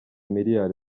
miliyari